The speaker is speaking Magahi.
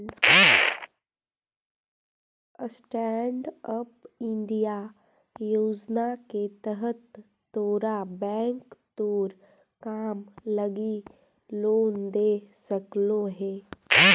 स्टैन्ड अप इंडिया योजना के तहत तोरा बैंक तोर काम लागी लोन दे सकलो हे